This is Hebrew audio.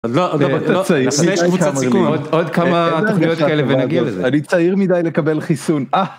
עוד כמה תוכניות כאלה ונגיע לזה. אני צעיר מדי לקבל חיסון